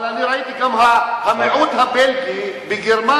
אבל אני ראיתי, גם המיעוט הבלגי בגרמניה,